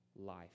life